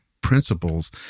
principles